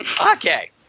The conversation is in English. Okay